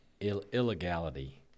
illegality